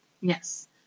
Yes